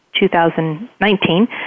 2019